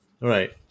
right